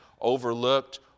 overlooked